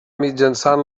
mitjançant